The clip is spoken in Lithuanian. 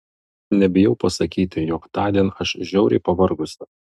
nebijau pasakyti jog tądien aš žiauriai pavargusi